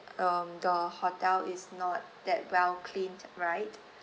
um the hotel is not that well cleaned right